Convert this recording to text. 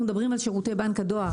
אנחנו מדברים על שירותי בנק הדואר,